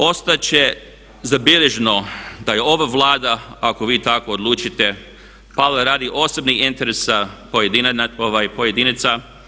Ostat će zabilježeno da je ova Vlada ako vi tako odlučite pala radi osobnih interesa pojedinaca.